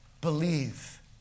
believe